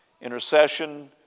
Intercession